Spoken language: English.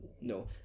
No